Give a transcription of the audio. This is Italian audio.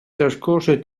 trascorse